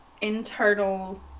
internal